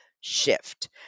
Shift